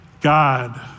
God